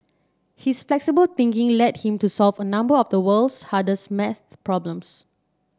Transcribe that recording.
his flexible thinking led him to solve a number of the world's hardest maths problems